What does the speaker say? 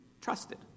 trusted